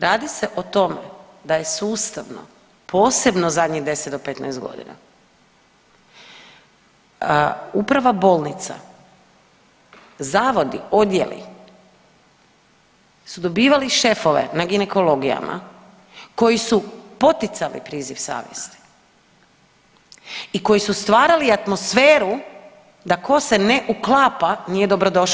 Radi se o tome da je sustavno, posebno zadnjih 10 do 15 godina uprava bolnica, zavodi, odjeli su dobivali šefove na ginekologijama koje su poticali priziv savjesti i koji su stvarali atmosferu da tko se ne uklapa nije dobrodošao.